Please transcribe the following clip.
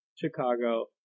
Chicago